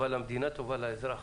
טובה למדינה, טובה לאזרח.